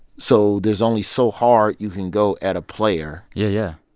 so there's only so hard you can go at a player yeah, yeah.